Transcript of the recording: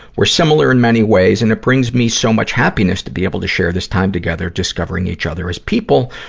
we're similar in many ways, and it brings me so much happiness to be able to share this time together discovering each other as people,